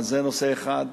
אז זה נושא אחד.